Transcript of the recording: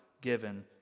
given